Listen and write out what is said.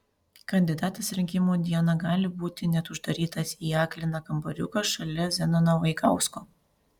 kandidatas rinkimų dieną gali būti net uždarytas į akliną kambariuką šalia zenono vaigausko